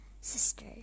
sister